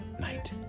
night